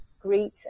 greet